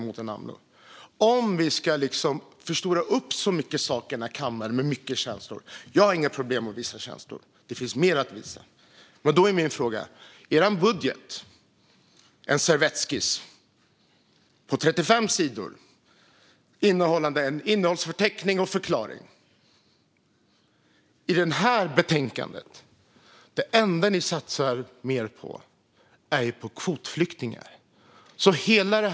Om vi ska förstora upp så mycket saker här i kammaren - jag har inga problem med att visa känslor; det finns mer att visa - då är min fråga till ledamoten Amloh: Er budget är en servettskiss på 35 sidor, innehållande en innehållsförteckning och förklaring. I det här betänkandet är kvotflyktingar det enda ni satsar mer på.